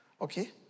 Okay